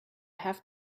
have